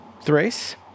Thrace